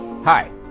Hi